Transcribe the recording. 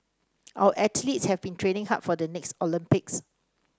our athletes have been training hard for the next Olympics